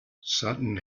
sutton